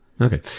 Okay